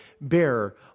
bearer